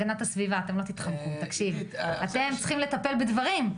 הגנת הסביבה, אתם צריכים לטפל בדברים.